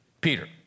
Peter